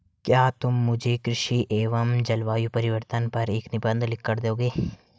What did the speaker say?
क्या तुम मुझे कृषि एवं जलवायु परिवर्तन पर एक निबंध लिखकर दोगे?